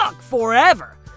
forever